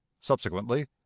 Subsequently